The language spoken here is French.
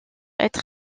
être